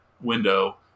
window